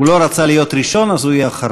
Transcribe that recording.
הוא לא רצה להיות ראשון, אז הוא יהיה אחרון.